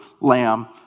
lamb